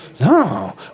No